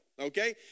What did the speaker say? okay